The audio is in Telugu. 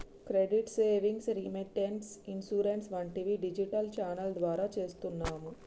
క్రెడిట్ సేవింగ్స్, రేమిటేన్స్, ఇన్సూరెన్స్ వంటివి డిజిటల్ ఛానల్ ద్వారా చేస్తున్నాము